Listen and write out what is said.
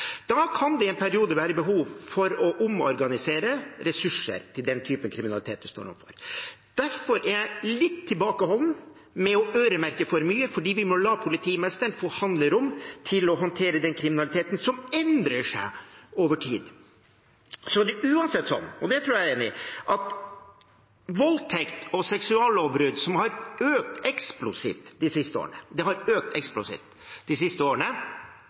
Da kan det en periode være behov for å omorganisere ressurser til den type kriminalitet man står overfor. Derfor er jeg litt tilbakeholden med å øremerke for mye, for vi må la politimesterne få handlingsrom til å håndtere kriminaliteten, som endrer seg over tid. Og det er uansett slik – jeg tror jeg er enig i det – at voldtekt og seksuallovbrudd, som har økt eksplosivt de siste årene, er noe vi må fokusere mye mer på, og det